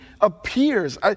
appears